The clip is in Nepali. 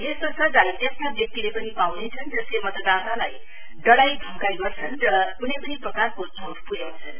यस्तो सजाय त्यस्ता व्यक्तिले पनि पाउनेछ जसले मतदातालाई डराई धमकाई गर्छ र कुनै पनि प्रकारको चोट पुर्याउछन